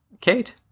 kate